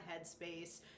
headspace